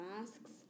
masks